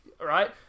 Right